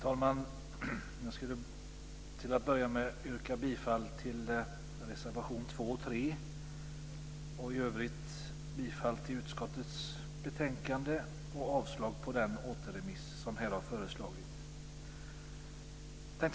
Fru talman! Till att börja med yrkar jag bifall till reservationerna 2 och 3 och i övrigt bifall till utskottets hemställan och avslag på det förslag om återremiss som här har framförts.